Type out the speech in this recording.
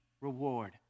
reward